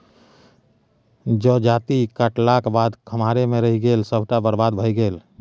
जजाति काटलाक बाद खम्हारे मे रहि गेल सभटा बरबाद भए गेलै